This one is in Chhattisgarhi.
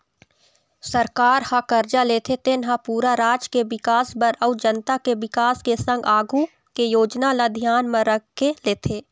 सरकार ह करजा लेथे तेन हा पूरा राज के बिकास बर अउ जनता के बिकास के संग आघु के योजना ल धियान म रखके लेथे